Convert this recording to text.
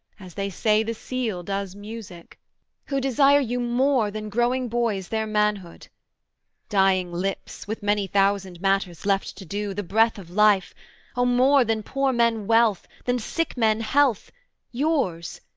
as they say the seal does music who desire you more than growing boys their manhood dying lips, with many thousand matters left to do, the breath of life o more than poor men wealth, than sick men health yours,